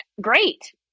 great